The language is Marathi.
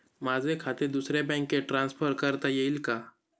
माझे खाते दुसऱ्या बँकेत ट्रान्सफर करता येईल का?